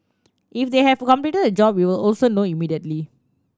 if they have completed the job we will also know immediately